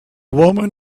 woman